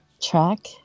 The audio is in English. track